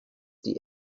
die